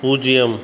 பூஜ்ஜியம்